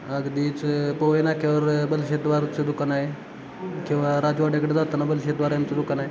अगदीच पोवई नाक्यावर बलशेदवारचं दुकान आहे किंवा राजवाड्याकडे जाताना बलशेदवाराचं दुकान आहे